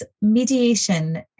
mediation